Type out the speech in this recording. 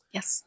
Yes